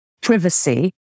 Privacy